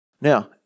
Now